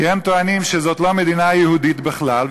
כי הם טוענים שזאת לא מדינה יהודית בכלל,